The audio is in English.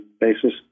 basis